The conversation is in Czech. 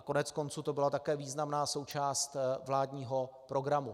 Koneckonců to byla také významná součást vládního programu.